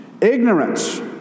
Ignorance